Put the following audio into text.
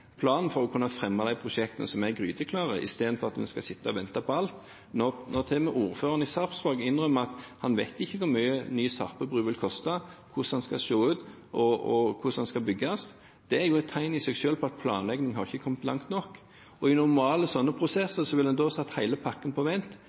planen – for å kunne fremme de prosjektene som er gryteklare, istedenfor at vi skal sitte og vente på alt. Når til og med ordføreren i Sarpsborg innrømmer at han ikke vet hvor mye en ny Sarpebru vil koste, hvordan den skal se ut, og hvordan den skal bygges, er det i seg selv et tegn på at planleggingen ikke har kommet langt nok. Normalt ville en da i sånne prosesser satt hele pakken på vent.